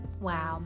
Wow